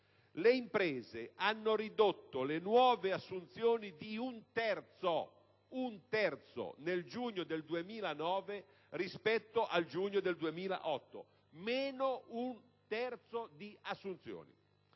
Le imprese hanno ridotto le nuove assunzioni di un terzo nel giugno 2009 rispetto al giugno 2008: si tratta di un terzo di assunzioni